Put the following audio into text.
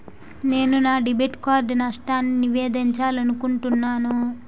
నేను నా debit card నష్టాన్ని నివేదించాలనుకుంటున్నాను